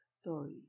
story